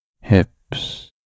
hips